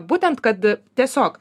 būtent kad tiesiog